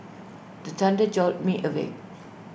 the thunder jolt me awake